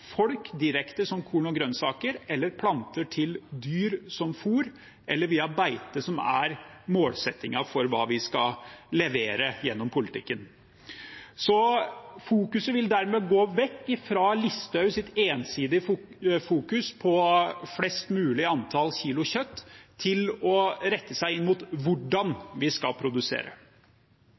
folk direkte som korn og grønnsaker eller planter til dyr som fôr eller via beite, som er målsettingen for hva vi skal levere gjennom politikken. Man vil dermed gå vekk fra Sylvi Listhaugs ensidige fokus på flest mulig antall kilo kjøtt til å rette seg inn mot hvordan vi skal produsere.